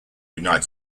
united